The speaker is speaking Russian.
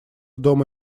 дома